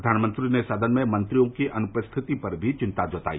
प्रधानमंत्री ने सदन में मंत्रियों की अनुपस्थिति पर भी चिंता जताई